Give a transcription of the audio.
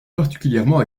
particulièrement